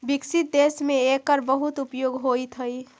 विकसित देश में एकर बहुत उपयोग होइत हई